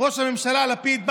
ראש הממשלה לפיד,